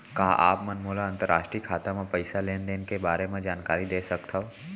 का आप मन मोला अंतरराष्ट्रीय खाता म पइसा लेन देन के बारे म जानकारी दे सकथव?